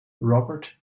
robert